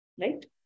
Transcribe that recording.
right